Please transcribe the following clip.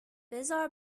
بزار